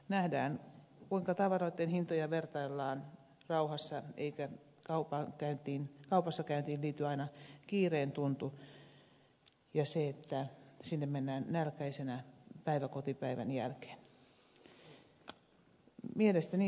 nähdään kuinka tavaroitten hintoja vertaillaan rauhassa eikä kaupassa käyntiin liity aina kiireen tuntu ja se että sinne mennään nälkäisenä päiväkotipäivän jälkeen